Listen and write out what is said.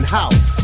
house